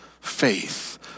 faith